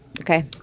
Okay